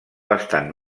bastant